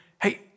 hey